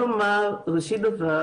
אני רוצה לומר, ראשית דבר,